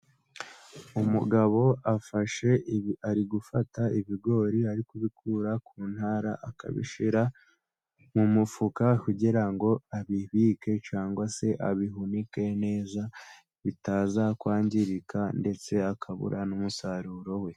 Umugabo afashe ari gufata ibigori ari kubikura ku ntara akabishyira mu mufuka kugira ngo abibike cyangwa se abihunike neza bitaza kwangirika ndetse akabura n'umusaruro we.